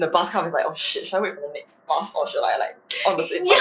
the bus come is like oh shit should I wait for the next bus or should I like on the same bus